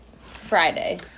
Friday